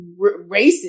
racist